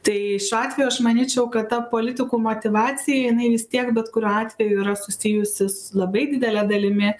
tai šiuo atveju aš manyčiau kad ta politikų motyvacija jinai vis tiek bet kuriuo atveju yra susijusi su labai didele dalimi